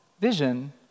vision